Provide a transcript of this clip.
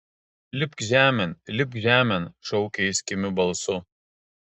lipk žemėn lipk žemėn šaukė jis kimiu balsu